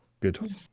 Good